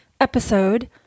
episode